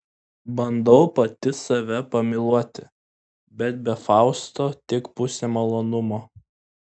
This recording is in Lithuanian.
bandau pati save pamyluoti bet be fausto tik pusė malonumo